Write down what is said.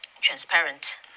transparent